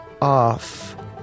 off